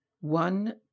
one